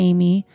Amy